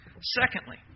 Secondly